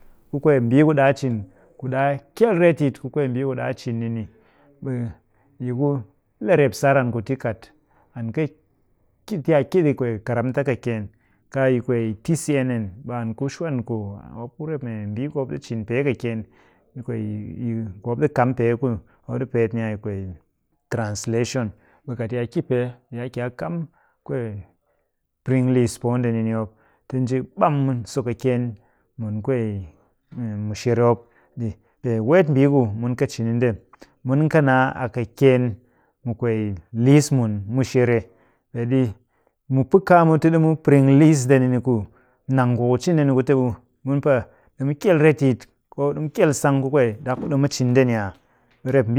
Ku kwee mbii ku ɗaa cin, ku ɗaa kyel retyit ku kwee mbii ku ɗaa cin ni ni, ɓe yi ku le rep sar an ku ti kat an ki ti a ki ɗi kwee karamta kɨkyeen, kaa yi kwee tcnn, ɓe an ku shwan ku mop ku rep membii ku mop ɗi cin pee kɨkyeen. Ɓe kwee, yi ku mop ɗi kam pee ku mop ɗi peet ni a yi kwee translation. Ɓe kat yi a ki pee, yi a ki a kam kwee piring liis poo ndeni ni mop ti nji ɓam mun, sokɨkyeen mun kwee mushere mop ɗi. Pee weet mbii ku mun kɨ cin ni nde, mun kɨ naa a kɨkyeen mu kwee liis mun mushere. Peeɗi mu pɨ kaa mu ti ɗimu piring liis ndeni ni ku nang ku ku cin ndeni ku te mun pa ɗimu kyel retyit koo ɗimu kyel sang ku kwee ɗak ku ɗimu cin ndeni aa? Ɓe rep.